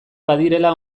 badirela